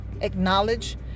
acknowledge